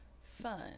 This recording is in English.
fun